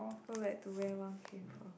go back to where everyone came from